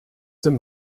denn